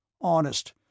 Honest